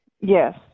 yes